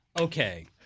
okay